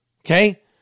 Okay